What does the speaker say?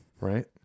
right